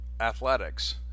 athletics